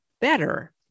better